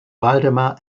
valdemar